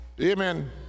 Amen